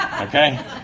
Okay